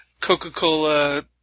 Coca-Cola